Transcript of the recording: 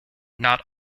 not